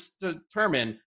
determine